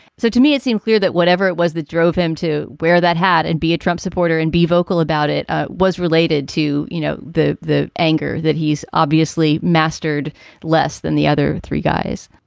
so to me, it seems clear that whatever it was that drove him to wear that hat and be a trump supporter and be vocal about it was related to, you know, the the anger that he's obviously mastered less than the other three guys.